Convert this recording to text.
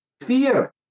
fear